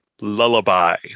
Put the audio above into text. Lullaby